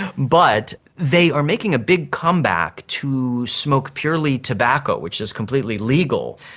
but they are making a big comeback to smoke purely tobacco, which is completely legal.